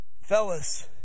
fellas